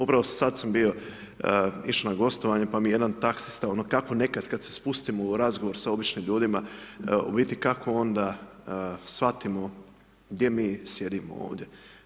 Upravo sada sam bio, išao na gostovanje, pa mi jedan taksista, ono, kako nekad kada se spustim u razgovor s običnim ljudima, u biti kako onda shvatimo, gdje mi sjedimo ovdje.